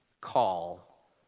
call